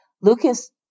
Lucas